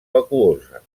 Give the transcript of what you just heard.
aquosa